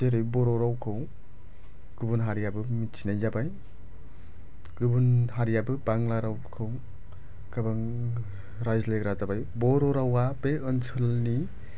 जेरै बर' रावखौ गुबुन हारियाबो मिन्थिनाय जाबाय गुबुन हारियाबो बांला रावखौ गोबां रायज्लायग्रा जाबाय बर' रावआ बे ओनसोलनि